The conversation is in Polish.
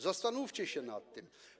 Zastanówcie się nad tym.